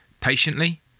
patiently